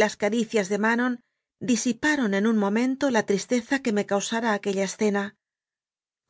las caricias de manon disiparon en un momento la tristeza que me causara aquella escena